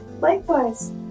Likewise